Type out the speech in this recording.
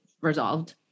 resolved